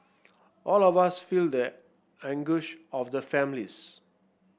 all of us feel the anguish of the families